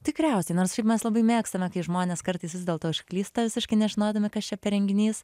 tikriausiai nors šiaip mes labai mėgstame kai žmonės kartais vis dėlto užklysta visiškai nežinodami kas čia per renginys